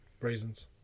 Reasons